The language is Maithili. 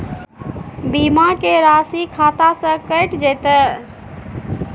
बीमा के राशि खाता से कैट जेतै?